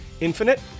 Infinite